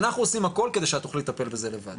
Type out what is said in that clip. אנחנו עושים הכל כדי שאת תוכלי לטפל בזה לבד.